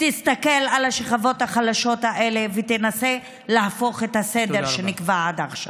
שתסתכל על השכבות החלשות האלה ותנסה להפוך את הסדר שנקבע עד עכשיו.